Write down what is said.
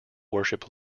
worship